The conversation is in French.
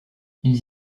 ils